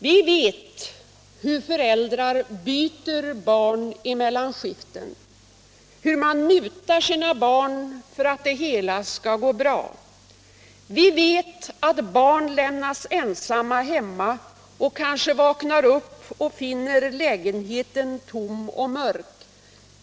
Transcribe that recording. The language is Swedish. Vi vet hur föräldrar byter barn mellan skiften och hur de mutar sina barn för att det hela skall gå bra. Vi vet att barn lämnas ensamma hemma och kanske vaknar upp och finner lägenheten tom och mörk.